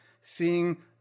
seeing